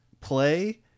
play